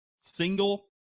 single